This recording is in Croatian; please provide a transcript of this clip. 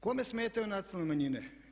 Kome smetaju nacionalne manjine?